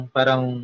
Parang